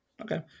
Okay